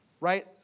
Right